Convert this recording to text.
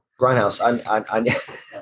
Grindhouse